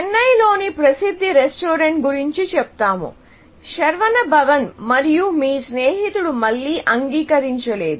చెన్నైలోని ప్రసిద్ధ రెస్టారెంట్ గురించి చెప్తాము శరవణ భవన్ మరియు మీ స్నేహితుడు మళ్ళీ అంగీకరించలేదు